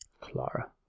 Clara